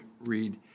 read